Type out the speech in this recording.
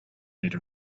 made